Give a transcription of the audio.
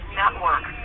network